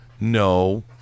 no